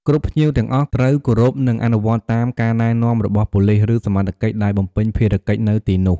គ្រប់ភ្ញៀវទាំងអស់ត្រូវ គោរព និងអនុវត្តតាមការណែនាំរបស់ប៉ូលិស ឬសមត្ថកិច្ចដែលបំពេញភារកិច្ចនៅទីនោះ។